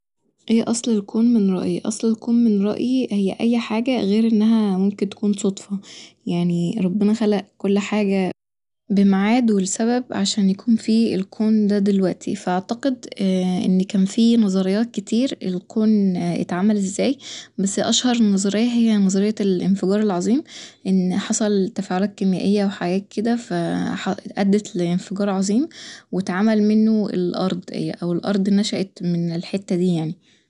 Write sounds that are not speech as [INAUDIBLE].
ايه أصل الكون من رأيي ؟ أصل الكون من رأيي هي أي حاجة غير إنها ممكن تكون صدفة يعني ربنا خلق كل حاجة بمعاد و لسبب عشان يكون في الكون ده دلوقتي فأعتقد [HESITATION] ان كان في نظريات كتير الكون [HESITATION] اتعمل ازاي بس اشهر نظرية هي نظرية الانفجار العظيم ان حصل تفاعلات كيميائية وحاجات كده ف [HESITATION] ح- أدت لانفجارعظيم واتعمل منه الارض هي أو الأرض نشأت من الحتة دي يعني